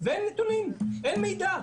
ואין נתונים, אין מידע.